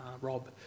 Rob